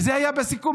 זה היה בסיכום,